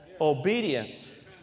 obedience